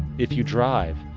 if you drive,